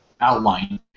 outline